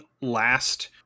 last